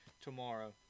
tomorrow